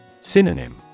Synonym